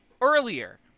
earlier